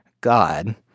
God